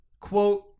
quote